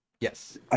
Yes